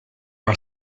are